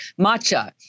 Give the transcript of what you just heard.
matcha